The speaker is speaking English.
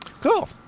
Cool